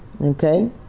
okay